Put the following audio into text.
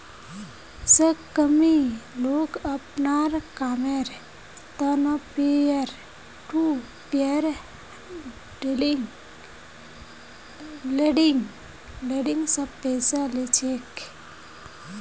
सहकर्मी लोग अपनार कामेर त न पीयर टू पीयर लेंडिंग स पैसा ली छेक